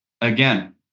Again